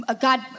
God